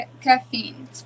caffeine